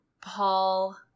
paul